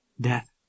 Death